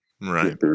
Right